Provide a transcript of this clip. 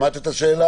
שמעתי את השאלה.